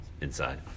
inside